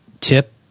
tip